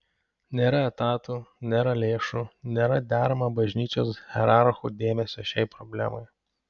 nėra etatų nėra lėšų nėra deramo bažnyčios hierarchų dėmesio šiai problemai